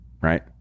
Right